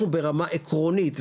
אנחנו ברמה עקרונית,